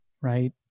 right